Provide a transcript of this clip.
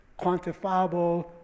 quantifiable